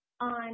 On